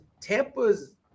Tampa's